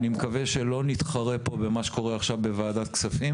אני מקווה שלא נתחרה פה במה שקורה עכשיו בוועדת כספים